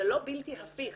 זה לא בלתי הפיך.